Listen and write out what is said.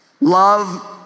Love